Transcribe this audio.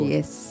Yes